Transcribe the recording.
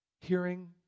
Hearing